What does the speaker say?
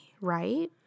Right